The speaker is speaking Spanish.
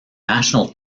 national